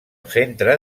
centre